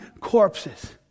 corpses